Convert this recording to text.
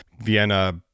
vienna